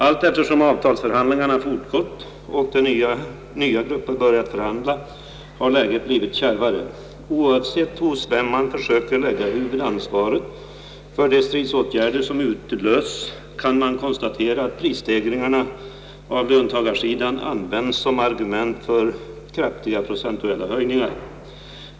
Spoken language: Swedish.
Allteftersom avtalsförhandlingarna fortgått och nya grupper börjat förhandla har läget blivit kärvare, Oavsett hos vem man försöker lägga huvudansvaret för de stridsåtgärder som utlösts kan man konstatera att prisstegringarna av löntagarsidan använts som argument för kraftiga procentuella höjningar.